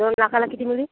दोन लाखाला किती मिळी